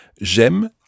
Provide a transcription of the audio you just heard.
J'aime